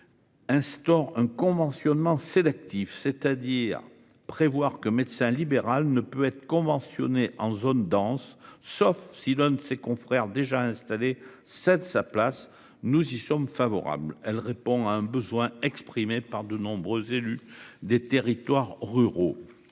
lui. Instaure un conventionnement sélectif c'est-à-dire prévoir que médecin libéral ne peut être conventionnés en zone dense, sauf si l'un de ses confrères déjà installés cède sa place. Nous y sommes favorables. Elle répond à un besoin exprimé par de nombreux élus des territoires ruraux.